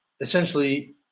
essentially